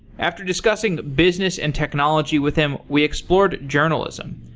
after discussing business and technology with him, we explored journalism.